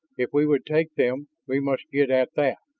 if we would take them, we must get at that